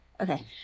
Okay